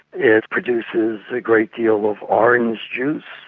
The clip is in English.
it produces a great deal of orange juice,